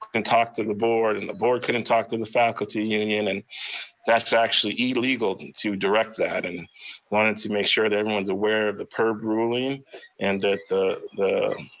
and talk to the board and the board couldn't talk to the faculty union. and that's actually illegal to direct that and wanted to make sure that everyone's aware of the perb ruling and that the the